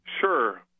Sure